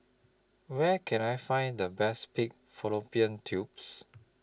Where Can I Find The Best Pig Fallopian Tubes